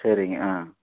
சரிங்க ஆ